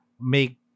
make